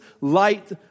light